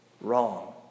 wrong